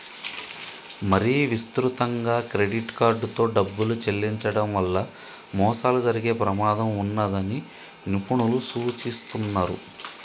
మరీ విస్తృతంగా క్రెడిట్ కార్డుతో డబ్బులు చెల్లించడం వల్ల మోసాలు జరిగే ప్రమాదం ఉన్నదని నిపుణులు సూచిస్తున్నరు